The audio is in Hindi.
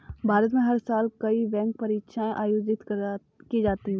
भारत में हर साल कई बैंक परीक्षाएं आयोजित की जाती हैं